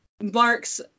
Marks